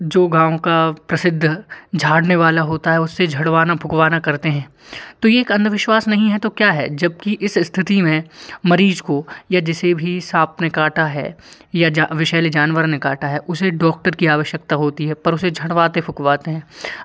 जो गाँव का प्रसिद्ध झाड़ने वाला होता है उससे झड़वाना फुकवाना करते हैं तो ये एक अंधविश्वास नहीं है तो क्या है जबकि इस स्थिति में मरीज़ को या जिसे भी साँप ने काटा है या जा विषैले जानवर में काटा है उसे डोक्टर की आवश्यकता होती है पर उसे झड़वाते फुकवाते हैं